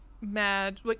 mad